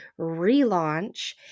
relaunch